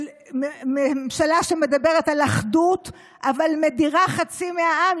של ממשלה שמדברת על אחדות אבל מדירה חצי מהעם,